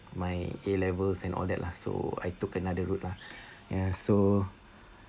my A levels and all that lah so I took another route lah ya so